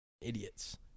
idiots